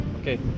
okay